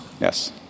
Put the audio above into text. Yes